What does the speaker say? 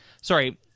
sorry